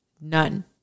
None